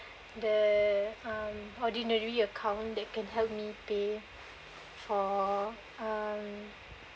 the (uh)ordinary account they can help me pay for uh